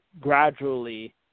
gradually